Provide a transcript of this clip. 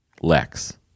Lex